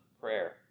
prayer